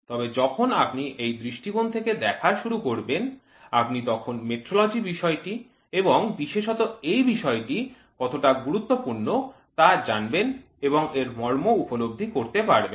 তবে যখন আপনি এই দৃষ্টিকোণ থেকে দেখা শুরু করবেন আপনি তখন মেট্রলজি বিষয়টি এবং বিশেষত এই বিষয়টি কতটা গুরুত্বপূর্ণ তা জানবেন এবং এর মর্ম উপলব্ধি করতে পারবেন